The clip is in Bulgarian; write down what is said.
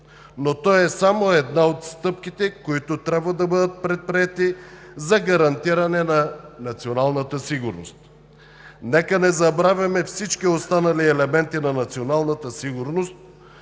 но то е само една от стъпките, които трябва да бъдат предприети за гарантиране на националната сигурност. Нека не забравяме всички останали елементи на националната сигурност,